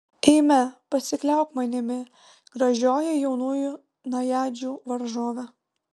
eime pasikliauk manimi gražioji jaunųjų najadžių varžove